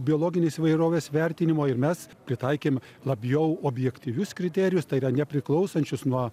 biologinės įvairovės vertinimo ir mes pritaikėm labiau objektyvius kriterijus tai yra nepriklausančius nuo